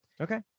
okay